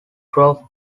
through